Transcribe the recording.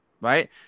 right